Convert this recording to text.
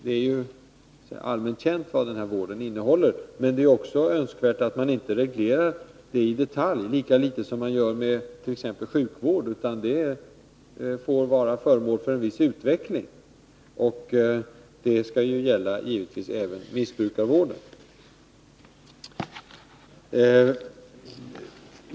Det är allmänt känt vad vården innehåller, men det är också önskvärt att man inte reglerar den i detalj, lika litet som man gör vid sjukvård. Vården måste kunna utvecklas, och det skall givetvis gälla även missbrukarvården.